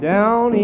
Down